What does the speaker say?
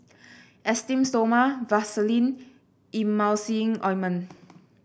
Esteem Stoma Vaselin and Emulsying Ointment